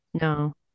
No